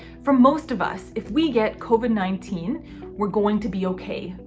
for most of us if we get covid nineteen we're going to be okay.